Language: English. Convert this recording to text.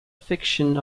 fiction